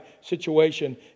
situation